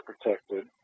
protected